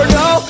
no